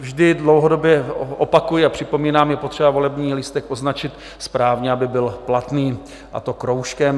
Vždy dlouhodobě opakuji a připomínám, že je potřeba volební lístek označit správně, aby byl platný, a to kroužkem.